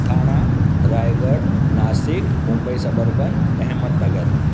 Thane Raigad Nashik Mumbai suburban Ahmednagar